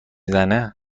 زنه